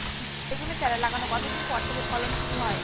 বেগুন চারা লাগানোর কতদিন পর থেকে ফলন শুরু হয়?